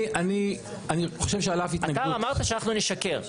אני חושב שעל אף התנגדות --- אתה רמזת שאנחנו נשקר.